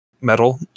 metal